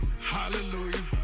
Hallelujah